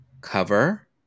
cover